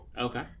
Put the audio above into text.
Okay